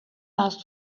ask